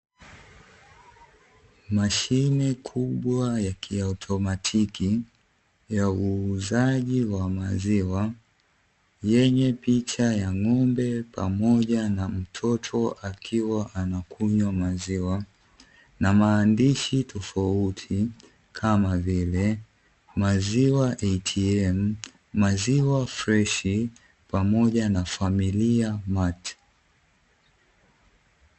Mashine kubwa ya kiotomatiki ya uuzaji wa maziwa yenye picha ya ng'ombe pamoja na mtoto akinywa maziwa, na maandishi tofauti kama vile maziwa ATM, maziwa freshi pamoja na familia.